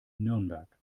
nürnberg